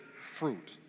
fruit